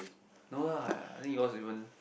no lah I think yours even